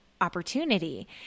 opportunity